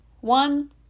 One